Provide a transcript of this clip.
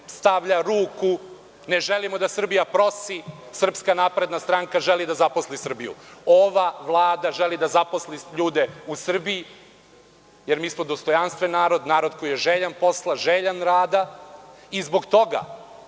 stavlja ruku. Ne želimo da Srbija prosi. Srpska napredna stranka želi da zaposli Srbiju. Ova vlada želi da zaposli ljude u Srbiji, jer mi smo dostojanstven narod, narod koji je željan posla, željan rada i zbog toga